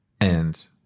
And-